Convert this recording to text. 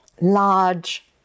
large